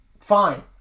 Fine